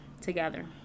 together